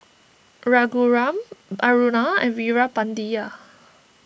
Raghuram Aruna and Veerapandiya